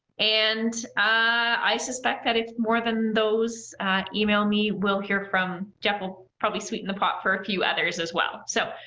and i suspect that if more than those email me, we'll hear from. jeff will probably sweeten the pot for a few others as well. so,